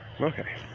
Okay